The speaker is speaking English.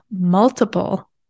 multiple